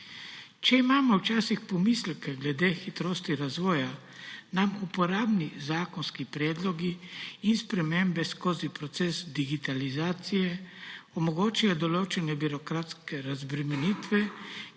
Če imamo včasih pomisleke glede hitrosti razvoja, nam uporabni zakonski predlogi in spremembe skozi proces digitalizacije omogočijo določene birokratske razbremenitve,